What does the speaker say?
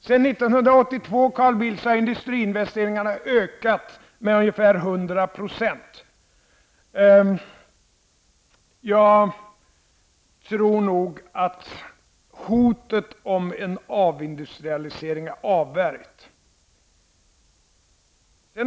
Sedan 1982, Carl Bildt, har industriinvesteringarna ökat med ungefär 100 %. Jag tror nog att hotet om en avindustrialisering är avvärjt.